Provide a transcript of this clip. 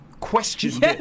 question